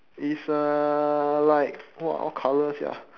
is uh like !wah! what colour sia